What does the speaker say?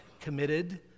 committed